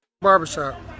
barbershop